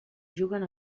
juguen